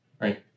right